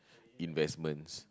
investments